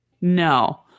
No